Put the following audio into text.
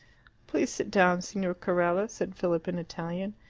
please sit down, signor carella, said philip in italian.